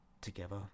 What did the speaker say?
together